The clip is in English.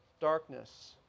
Darkness